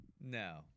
no